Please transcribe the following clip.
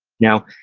now,